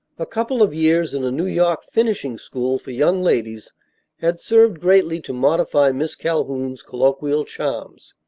a couple of years in a new york finishing school for young ladies had served greatly to modify miss calhoun's colloquial charms.